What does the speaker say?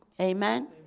Amen